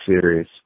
Series